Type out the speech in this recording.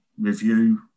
review